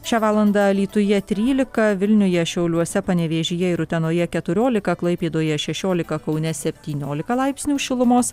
šią valandą alytuje trylika vilniuje šiauliuose panevėžyje ir utenoje keturiolika klaipėdoje šešiolika kaune septyniolika laipsnių šilumos